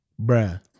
bruh